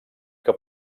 que